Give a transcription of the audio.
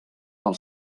pel